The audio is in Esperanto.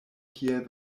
kiel